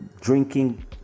drinking